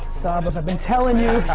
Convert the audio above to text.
saba, i've been telling you.